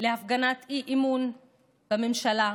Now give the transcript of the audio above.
להפגנת אי-אמון בממשלה,